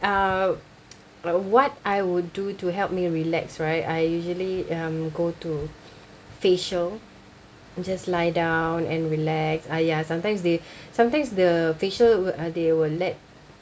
uh uh what I would do to help me relax right I usually um go to facial just lie down and relax ah ya sometimes they somethings the facial will uh they will let